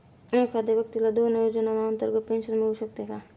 एखाद्या व्यक्तीला दोन योजनांतर्गत पेन्शन मिळू शकते का?